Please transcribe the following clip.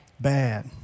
bad